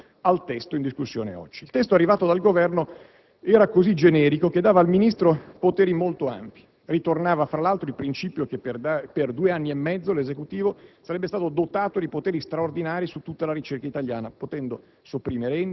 Veniamo al testo in discussione oggi. Il testo arrivato dal Governo era così generico che dava al Ministro poteri molto ampi; ritornava fra l'altro il principio che per due anni e mezzo l'Esecutivo sarebbe stato dotato di poteri straordinari su tutta la ricerca italiana, potendo